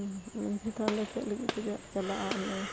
ᱢᱟᱹᱡᱷᱤ ᱛᱷᱟᱱ ᱫᱚ ᱪᱮᱫ ᱞᱟᱹᱜᱤᱫ ᱠᱚ ᱪᱟᱞᱟᱜᱼᱟ ᱚᱸᱰᱮ